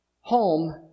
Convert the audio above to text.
home